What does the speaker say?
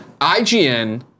IGN